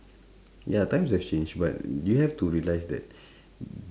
ya times have changed but you have to realise that